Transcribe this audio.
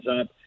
up